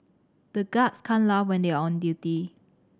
the guards can't laugh when they are on duty